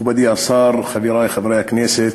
מכובדי השר, חברי חברי הכנסת,